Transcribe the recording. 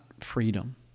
freedom